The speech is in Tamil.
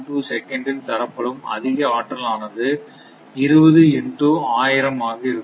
22 செகண்ட் ல் தரப்படும் அதிக ஆற்றல் ஆனது 20 இன் டூ 1000 ஆக இருக்கும்